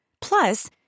Plus